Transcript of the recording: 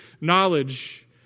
knowledge